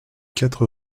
quatre